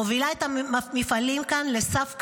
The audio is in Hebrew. מובילה את המפעלים כאן לסף קריסה.